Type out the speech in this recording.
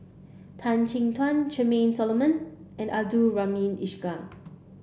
Tan Chin Tuan Charmaine Solomon and Abdul Rahim Ishak